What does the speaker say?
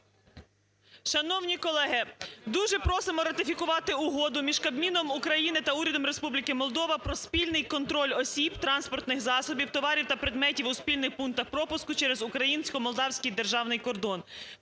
Шановні колеги, дуже просимо ратифікувати Угоду між Кабміном України та Урядом Республіки Молдова про спільний контроль осіб транспортних засобів, товарів та предметів у спільних пунктах пропуску через українсько-молдавський державний кордон,